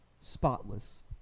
spotless